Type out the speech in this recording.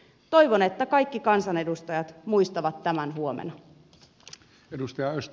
toivon että kaikki kansanedustajat muistavat tämän huomenna